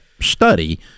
study –